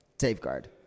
safeguard